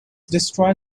destroy